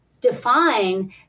define